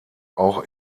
auch